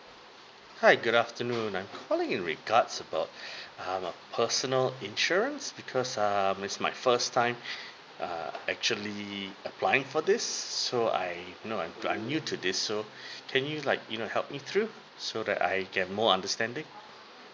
hi good afternoon I'm calling in regards about uh personal insurance because err it's my first time err actually applying for this so I know I'm new to this so can you like you know help me through so that I get more understanding